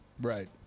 Right